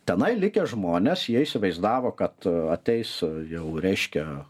tenai likę žmonės jie įsivaizdavo kad ateis jau reiškia